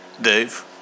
Dave